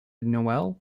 noel